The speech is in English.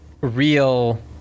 real